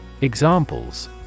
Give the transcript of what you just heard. Examples